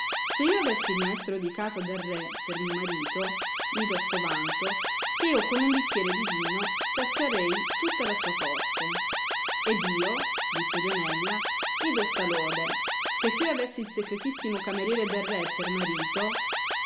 se io avessi il maestro di casa del re per mio marito mi do sto vanto che io con un bicchiere di vino saziarei tutta la sua corte ed io disse lionella mi do sta lode che se io avessi il secretissimo cameriere del re per marito